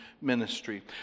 ministry